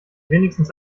wenigstens